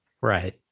Right